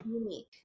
Unique